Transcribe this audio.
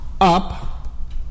up